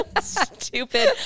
Stupid